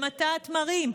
במטע התמרים.